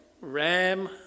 Ram